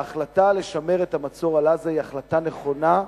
ההחלטה לשמר את המצור על עזה היא החלטה נכונה,